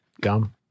gum